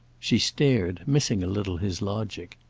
she stared, missing a little his logic.